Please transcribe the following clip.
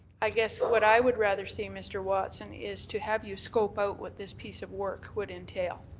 i guess what what i would rather see, mr. watson, is to have you scope out what this piece of work would entail.